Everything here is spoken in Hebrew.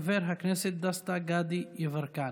חבר הכנסת דסטה גדי יברקן.